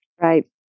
Right